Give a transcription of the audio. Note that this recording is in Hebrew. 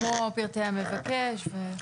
כמו פרטי המבקש וכדומה.